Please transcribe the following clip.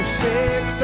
fix